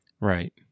Right